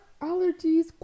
allergies